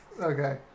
Okay